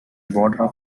border